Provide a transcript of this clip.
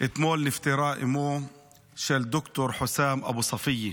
אתמול נפטרה אימו של ד"ר חוסאם אבו ספיה,